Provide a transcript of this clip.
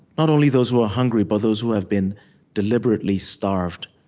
not only those who are hungry but those who have been deliberately starved.